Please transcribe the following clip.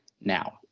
now